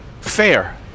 Fair